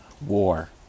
war